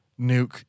nuke